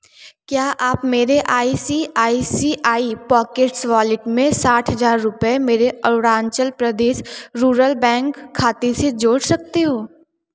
क्या आप मेरे आई सी आई सी आई पॉकेट्स वॉलेट में साठ हज़ार रुपये मेरे अरुणाचल प्रदेश रूरल बैंक खाते से जोड़ सकते हो